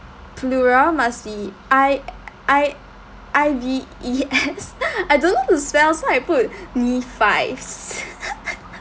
plural must be I I I_V_E_S I don't know how to spell so I put